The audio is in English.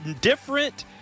different